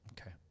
Okay